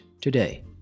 today